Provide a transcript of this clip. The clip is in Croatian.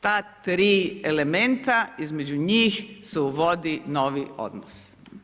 Ta tri elementa, između njih se uvodi novi odnos.